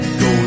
go